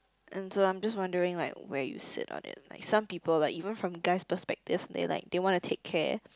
and so I'm just wondering like where you sit on it like some people like even from guy's perspective they like they want to take care